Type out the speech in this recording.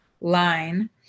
line